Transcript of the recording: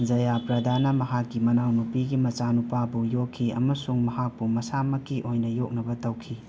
ꯖꯌꯥ ꯄ꯭ꯔꯗꯥꯅ ꯃꯍꯥꯛꯀꯤ ꯃꯅꯥꯎꯅꯨꯄꯤꯒꯤ ꯃꯆꯥꯅꯨꯄꯥꯕꯨ ꯌꯣꯛꯈꯤ ꯑꯃꯁꯨꯡ ꯃꯍꯥꯛꯄꯨ ꯃꯁꯥꯃꯛꯀꯤ ꯑꯣꯏꯅ ꯌꯣꯛꯅꯕ ꯇꯧꯈꯤ